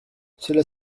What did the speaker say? cela